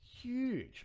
huge